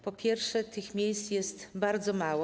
Po pierwsze, tych miejsc jest bardzo mało.